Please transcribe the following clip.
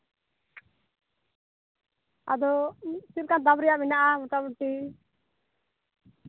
ᱟᱫᱚ ᱪᱮᱫᱞᱮᱠᱟ ᱫᱟᱢ ᱨᱮᱭᱟᱜ ᱢᱮᱱᱟᱜᱼᱟ ᱢᱚᱴᱟᱢᱩᱴᱤ